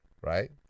right